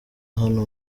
hano